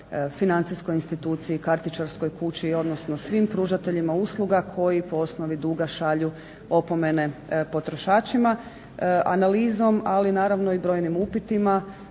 financijskoj instituciji, kartičarskoj kući, odnosno svim pružateljima usluga koji po osnovi duga šalju opomene potrošačima. Analizom, ali naravno i brojnim upitima